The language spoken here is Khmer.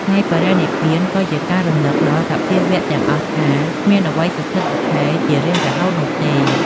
ថ្ងៃបរិនិព្វានក៏ជាការរំលឹកដល់សភាវៈទាំងអស់ថា គ្មានអ្វីស្ថិតស្ថេរជារៀងរហូតនោះទេ។